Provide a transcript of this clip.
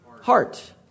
heart